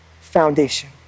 foundation